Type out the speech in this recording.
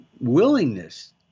willingness